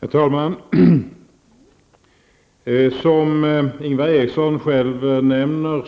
Herr talman! Som Ingvar Eriksson nämner